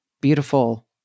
beautiful